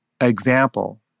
example